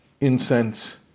incense